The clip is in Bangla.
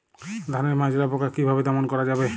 ধানের মাজরা পোকা কি ভাবে দমন করা যাবে?